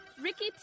Ricky